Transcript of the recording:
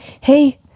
hey